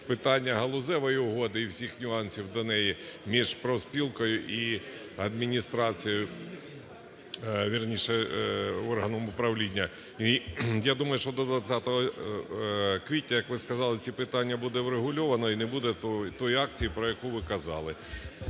питання галузевої угоди і всіх нюансів до неї між профспілкою і адміністрацією, вірніше, органом управління. І думаю, що до 20 квітня, як ви сказали, ці питання будуть врегульовані і не буде тої акції, про яку ви казали.